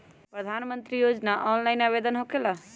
प्रधानमंत्री योजना ऑनलाइन आवेदन होकेला?